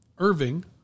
Irving